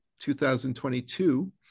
2022